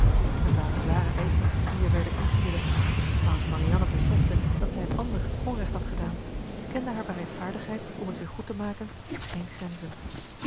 het waren zware eischen die hier werden ingewilligd maar als marianne besefte dat zij een ander onrecht had gedaan kende haar bereidvaardigheid om het weer goed te maken geen grenzen